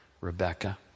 Rebecca